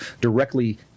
Directly